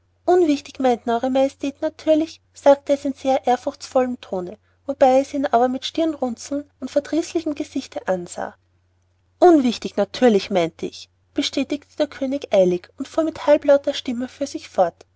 unwichtig meinten eure majestät natürlich sagte es in sehr ehrfurchtsvollem tone wobei es ihn aber mit stirnrunzeln und verdrießlichem gesichte ansah unwichtig natürlich meinte ich bestätigte der könig eilig und fuhr mit halblauter stimme für sich fort